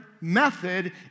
method